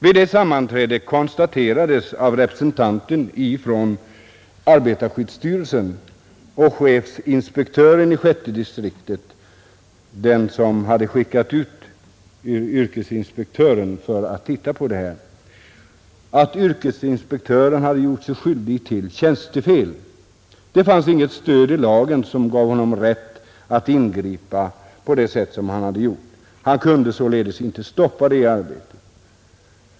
Vid det sammanträdet konstaterade representanten för arbetarskyddsstyrelsen och chefsinspektören i sjätte distriktet — den som hade skickat ut yrkesinspektören för att göra undersökning — att yrkesinspektören hade gjort sig skyldig till tjänstefel. Det fanns inget stöd i lagen som gav honom rätt att ingripa på det sätt som han hade gjort. Han kunde således inte stoppa det arbetet.